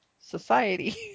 society